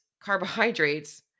carbohydrates